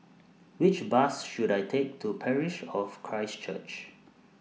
Which Bus should I Take to Parish of Christ Church